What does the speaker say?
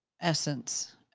essence